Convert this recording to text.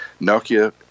Nokia